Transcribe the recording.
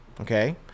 Okay